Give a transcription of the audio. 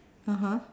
(uh huh)